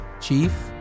Chief